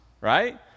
right